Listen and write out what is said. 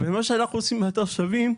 זה נכון שבאתר "שווים"